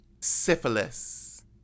Syphilis